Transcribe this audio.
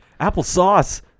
Applesauce